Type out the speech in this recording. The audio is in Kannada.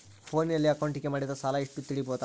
ಫೋನಿನಲ್ಲಿ ಅಕೌಂಟಿಗೆ ಮಾಡಿದ ಸಾಲ ಎಷ್ಟು ತಿಳೇಬೋದ?